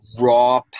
raw